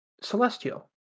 Celestial